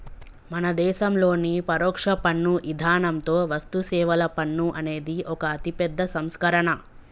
మన దేసంలోని పరొక్ష పన్ను ఇధానంతో వస్తుసేవల పన్ను అనేది ఒక అతిపెద్ద సంస్కరణ